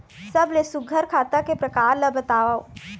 सबले सुघ्घर खाता के प्रकार ला बताव?